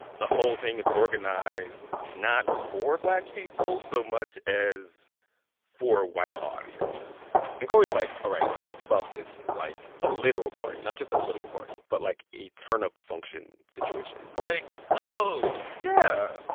the whole thing is organized not for black people so much as for white audiences and corey's like, all right. think about this like a literal party not just a political party, but, like, a turn-up function situation like, oh, yeah.